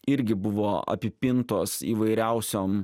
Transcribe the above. irgi buvo apipintos įvairiausiom